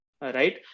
right